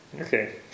Okay